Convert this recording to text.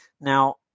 Now